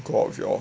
go out with y'all